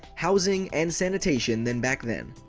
housing, and sanitation than back then.